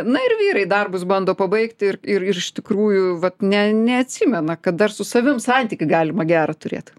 na ir vyrai darbus bando pabaigti ir ir iš tikrųjų vat ne neatsimena kad dar su savim santykį galima gerą turėt